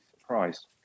surprised